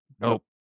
nope